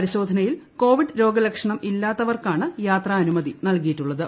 പരിശോധനയിൽ കോവിഡ് രോഗലക്ഷ ണം ഇല്ലാത്തവർക്കാണ് യാത്രാനുമുതി് ്തൽകിയിട്ടുളളത്